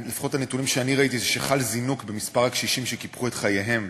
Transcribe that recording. לפחות הנתונים שאני ראיתי הם שחל זינוק במספר הקשישים שקיפחו את חייהם